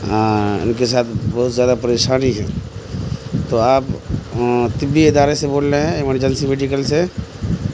ہاں ان کے ساتھ بہت زیادہ پریشانی ہے تو آپ طبی ادارے سے بول رہے ہیں ایمرجنسی میڈیکل سے